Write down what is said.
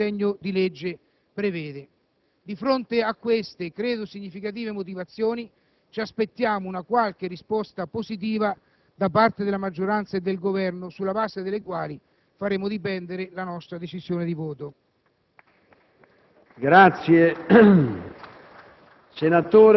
Non è sufficiente delegare il Governo in questa materia, come il disegno di legge prevede. Di fronte a queste, credo significative, motivazioni ci aspettiamo una qualche risposta positiva da parte della maggioranza e del Governo sulla base della quale faremo dipendere la nostra decisone di voto.